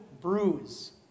bruise